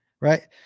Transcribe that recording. Right